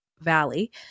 Valley